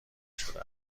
شده